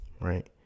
Right